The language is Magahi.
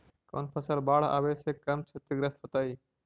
कौन फसल बाढ़ आवे से कम छतिग्रस्त होतइ?